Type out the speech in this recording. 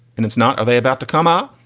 and it's not. are they about to come out?